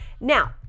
Now